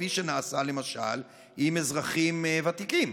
כפי שנעשה למשל עם אזרחים ותיקים.